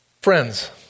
Friends